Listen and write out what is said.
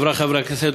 חברי חברי הכנסת,